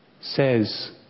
says